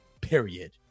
period